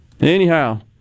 Anyhow